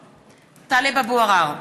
(קוראת בשמות חברי הכנסת) טלב אבו עראר,